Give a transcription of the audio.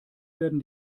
werden